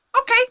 Okay